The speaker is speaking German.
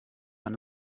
eine